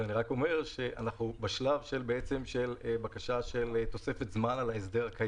אנחנו בשלב של בקשה לתוספת זמן על ההסדר הקיים.